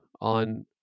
on